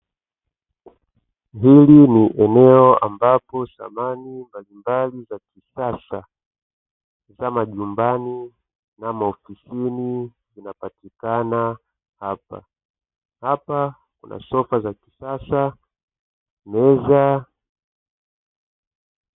Hili ni eneo ambapo samani mbalimbali za kisasa, za majumbani na maofisini zinapatikana hapa, hapa kuna sofa za kisasa meza.